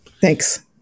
Thanks